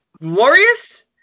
glorious